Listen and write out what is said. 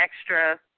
extra